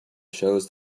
shows